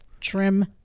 Trim